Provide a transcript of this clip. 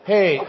Hey